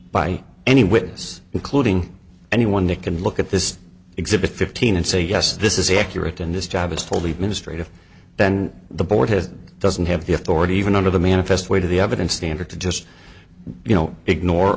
by any witness including anyone that can look at this exhibit fifteen and say yes this is accurate and this job is full the ministry of then the board has doesn't have the authority even under the manifest weight of the evidence standard to just you know ignore